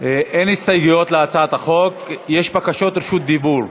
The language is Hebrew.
אין הסתייגויות להצעת החוק, יש בקשות רשות דיבור.